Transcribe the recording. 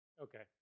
Okay